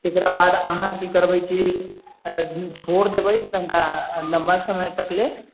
एकराबाद अहाँ की करबै की छोर देबै कनिका लम्बा समय तक ले